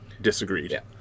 disagreed